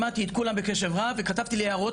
שמעתי את כולם בקשב רב וכתבתי לי הערות,